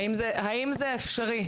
האם זה אפשרי?